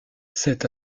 cet